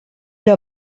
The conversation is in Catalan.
era